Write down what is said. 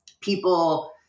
people